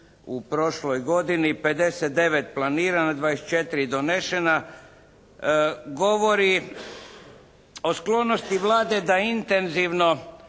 u prošloj godini 59 planirano, 24 donešena, govori o sklonosti Vlade da intenzivno